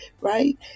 right